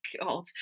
God